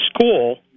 school